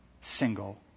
single